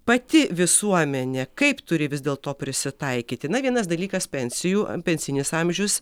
pati visuomenė kaip turi vis dėlto prisitaikyti na vienas dalykas pensijų pensinis amžius